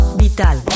vital